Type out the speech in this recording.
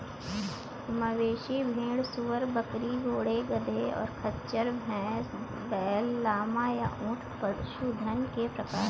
मवेशी, भेड़, सूअर, बकरी, घोड़े, गधे, और खच्चर, भैंस, बैल, लामा, या ऊंट पशुधन के प्रकार हैं